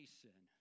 sin